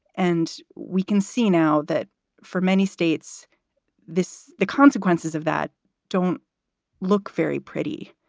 and we can see now that for many states this the consequences of that don't look very pretty.